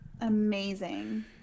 Amazing